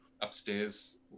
upstairs